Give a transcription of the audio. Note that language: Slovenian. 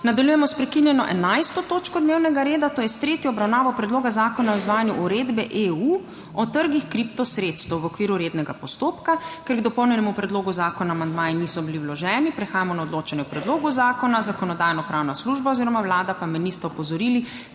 Nadaljujemo sprekinjeno 11. točko dnevnega reda, to je s tretjo obravnavo Predloga zakona o izvajanju Uredbe (EU) o trgih kriptosredstev v okviru rednega postopka. Ker k dopolnjenemu predlogu zakona amandmaji niso bili vloženi, prehajamo na odločanje o predlogu zakona. Zakonodajno-pravna služba oziroma Vlada pa me nista opozorili,